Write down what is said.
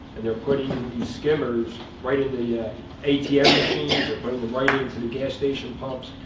and they're putting these skimmers right into the yeah atm machines, or putting them right into the gas station pumps.